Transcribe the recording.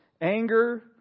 anger